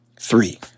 three